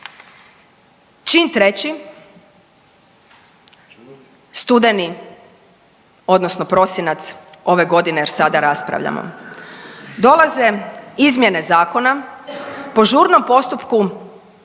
Čin 3., studeni odnosno prosinac ove godine jer sada raspravljamo, dolaze izmjene zakona po žurnom postupku,